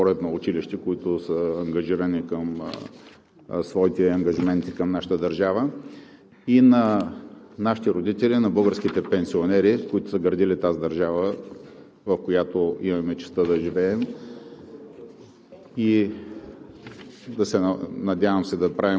децата до 14-годишна възраст – тези, които, естествено, ходят на училище, които са ангажирани към своите ангажименти към нашата държава и на нашите родители, на българските пенсионери, градили тази държава, в която имаме честта да живеем